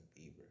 Bieber